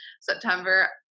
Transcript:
September